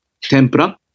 tempura